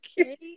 Okay